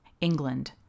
England